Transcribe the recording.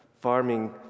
farming